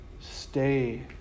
stay